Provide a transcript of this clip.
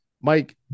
Mike